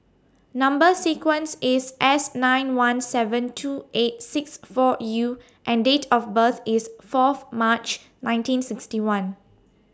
Number sequence IS S nine one seven two eight six four U and Date of birth IS Fourth March nineteen sixty one